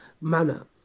manner